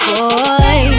Boy